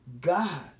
God